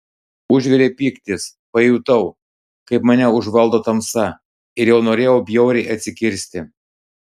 užvirė pyktis pajutau kaip mane užvaldo tamsa ir jau norėjau bjauriai atsikirsti